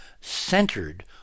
centered